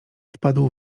wpadł